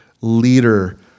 leader